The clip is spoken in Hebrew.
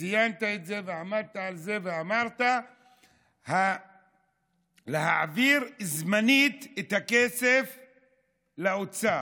וציינת את זה ועמדת על זה ואמרת: להעביר זמנית את הכסף לאוצר.